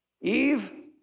Eve